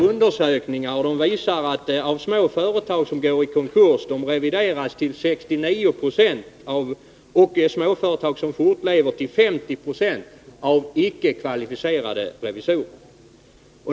Undersökningar visar också att små företag som gått i konkurs reviderades till 69 26, medan små företag som fortlever reviderades till 50 26 av icke kvalificerade revisorer.